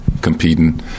competing